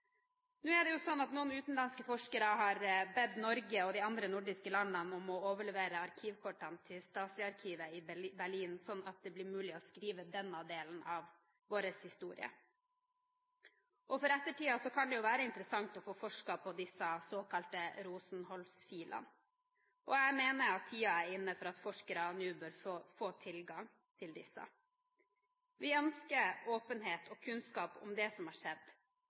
Nå er det jo sånn at noen utenlandske forskere har bedt Norge og de andre nordiske landene om å overlevere arkivkortene til Stasi-arkivet i Berlin, slik at det blir mulig å skrive denne delen av vår historie. For ettertiden kan det være interessant å få forsket på disse såkalte Rosenholz-filene. Jeg mener at tiden er inne for at forskere nå bør få tilgang til disse. Vi ønsker åpenhet og kunnskap om det som har skjedd,